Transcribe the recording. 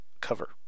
cover